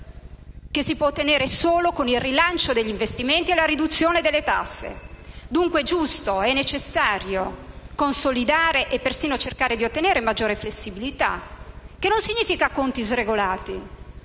che si può ottenere solo con il rilancio degli investimenti e la riduzione delle tasse. Dunque, è giusto e necessario consolidare e persino cercare di ottenere maggiore flessibilità, che non significa avere conti sregolati,